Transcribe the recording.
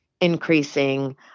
increasing